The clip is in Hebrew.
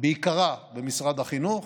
בעיקרה במשרד החינוך,